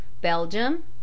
Belgium